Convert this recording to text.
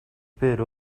бээр